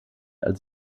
als